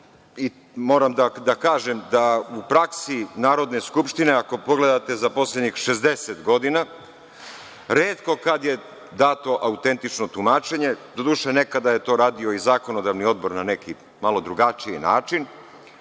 Moram da kažem da u praksi Narodne skupštine, ako pogledate za poslednjih 60 godina, retko kad je dato autentično tumačenje, doduše, nekada je to radio i Zakonodavni odbor na neki malo drugačiji način,